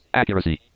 accuracy